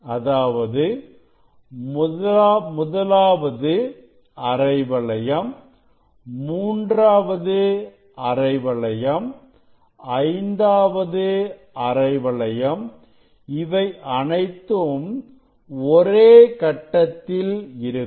அதாவது முதலாவது அரை வளையம் மூன்றாவது அரை வளையம் ஐந்தாவது அரை வளையம் இவை அனைத்தும் ஒரே கட்டத்தில் இருக்கும்